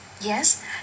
yes